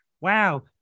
wow